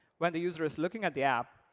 when the user is looking at the app.